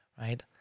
right